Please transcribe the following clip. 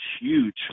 huge